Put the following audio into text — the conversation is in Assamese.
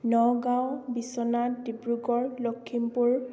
নগাঁও বিশ্বনাথ ডিব্ৰুগড় লখিমপুৰ